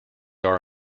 are